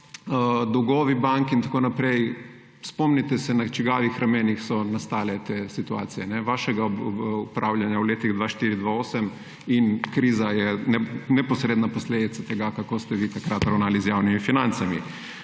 dolgovi bank in tako naprej. Spomnite se, na čigavih ramenih so nastale te situacije, vašega upravljanja v letih 2004−2008. Kriza je neposredna posledica tega, kako ste vi takrat ravnali z javnimi financami.